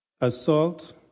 Assault